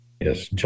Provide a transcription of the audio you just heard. Yes